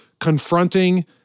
confronting